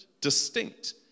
distinct